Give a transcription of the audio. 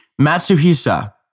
Matsuhisa